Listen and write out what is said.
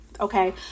Okay